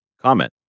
comment